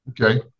Okay